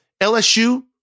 LSU